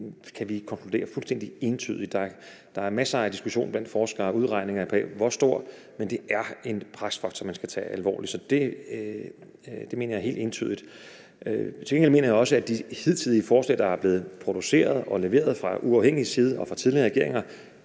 kan vi konkludere fuldstændig entydigt. Der er blandt forskere masser af diskussioner og udregninger af hvor stor, men det er en presfaktor, man skal tage alvorligt. Det mener jeg helt entydigt. Til gengæld mener jeg også, at de hidtidige forslag, der er blevet produceret og leveret fra uafhængig side og fra tidligere regeringer,